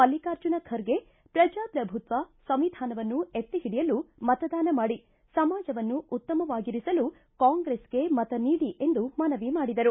ಮಲ್ಲಿಕಾರ್ಜುನ ಖರ್ಗೆ ಪ್ರಜಾಪ್ರಭುತ್ವ ಸಂವಿಧಾನವನ್ನು ಎತ್ತಿಹಿಡಿಯಲು ಮತದಾನ ಮಾಡಿ ಸಮಾಜವನ್ನು ಉತ್ತಮವಾಗಿರಿಸಲು ಕಾಂಗ್ರೆಸ್ ಗೆ ಮತ ನೀಡಿ ಎಂದು ಮನವಿ ಮಾಡಿದರು